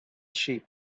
sheep